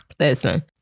Listen